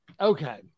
okay